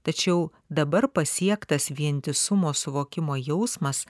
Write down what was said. tačiau dabar pasiektas vientisumo suvokimo jausmas